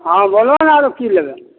हाँ बोलूने आरो की लेबय